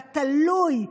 אתה תלוי ביושב-ראש.